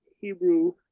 Hebrew